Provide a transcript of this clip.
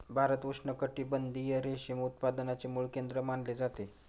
भारत उष्णकटिबंधीय रेशीम उत्पादनाचे मूळ केंद्र मानले जाते